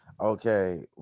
Okay